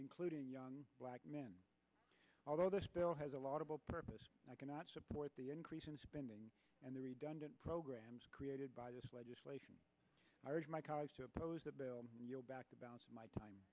including young black men although this bill has a lot of a purpose i cannot support the increase in spending and the redundant programs created by this legislation i urge my colleagues to oppose the bill you're back to balance my time